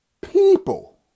people